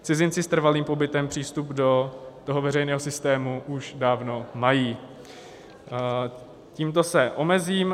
Cizinci s trvalým pobytem přístup do veřejného systému už dávno mají Tímto se omezím.